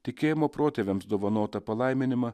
tikėjimo protėviams dovanotą palaiminimą